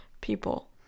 people